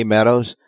Meadows